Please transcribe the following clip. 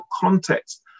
context